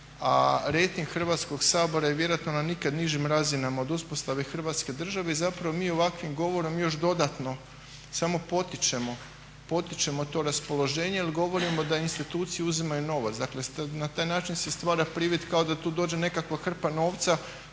a rejting Hrvatskoga sabora je vjerojatno na nikad nižim razinama od uspostave Hrvatske države i mi ovakvim govorimo još dodatno samo potičemo to raspoloženje jer govorimo da institucije uzimaju novac. Dakle na taj način se stvara privid kao da tu dođe nekakva hrpa novca